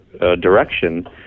direction